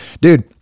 dude